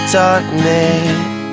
darkness